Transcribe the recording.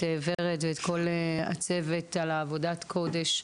את ורד ואת כל הצוות על עבודת הקודש,